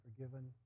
forgiven